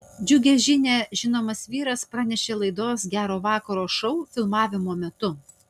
džiugią žinią žinomas vyras pranešė laidos gero vakaro šou filmavimo metu